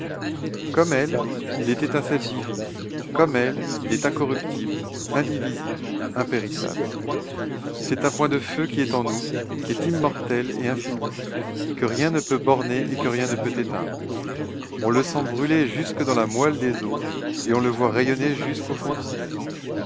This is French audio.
comme elle il est étincelle divine comme elle il est incorruptible indivisible impérissable c'est un point de feu qui est en nous qui est immortel et infini que rien ne peut borner et que rien ne peut éteindre on le sent brûler jusque dans la moelle des os et on le voit rayonner jusqu'au fond du ciel